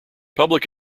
public